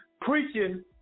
Preaching